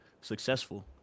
successful